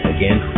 Again